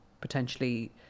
potentially